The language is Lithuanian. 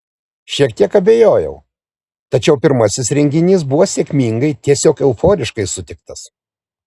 šiek tiek abejojau tačiau pirmasis renginys buvo sėkmingai tiesiog euforiškai sutiktas